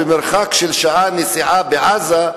במרחק של שעה נסיעה לעזה,